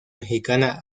mexicana